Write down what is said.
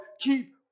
Keep